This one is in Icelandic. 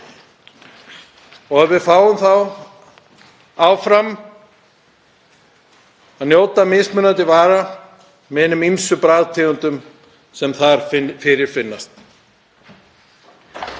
og að við fáum þá áfram að njóta mismunandi vara með hinum ýmsu bragðtegundum sem fyrirfinnast.